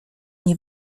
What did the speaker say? nie